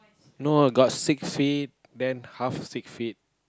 no got six feet then half six feet